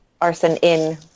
Arson-in